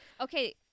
Okay